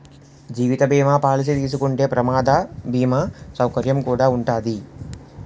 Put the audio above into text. జీవిత బీమా పాలసీ తీసుకుంటే ప్రమాద బీమా సౌకర్యం కుడా ఉంటాది